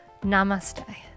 namaste